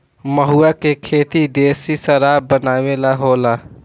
महुवा के खेती देशी शराब बनावे ला होला